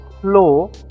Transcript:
flow